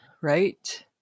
Right